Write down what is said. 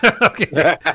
Okay